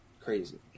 crazy